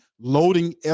loading